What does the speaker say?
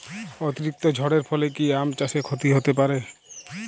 অতিরিক্ত ঝড়ের ফলে কি আম চাষে ক্ষতি হতে পারে?